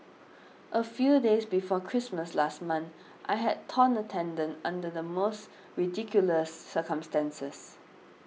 a few days before Christmas last month I had torn a tendon under the most ridiculous circumstances